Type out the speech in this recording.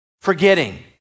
forgetting